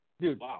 Dude